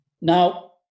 Now